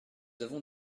avons